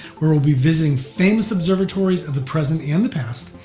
where we'll be visiting famous observatories of the present and the past,